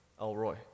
Elroy